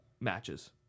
matches